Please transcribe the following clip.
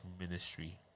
ministry